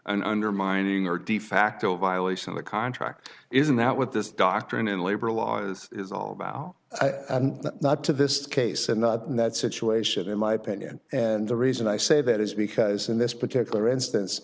an undermining or de facto violation of the contract isn't that what this doctrine in labor law is is all about and not to this case and in that situation in my opinion and the reason i say that is because in this particular instance